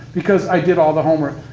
because i did all the homework.